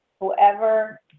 whoever